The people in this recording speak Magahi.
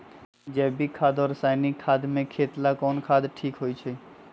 जैविक खाद और रासायनिक खाद में खेत ला कौन खाद ठीक होवैछे?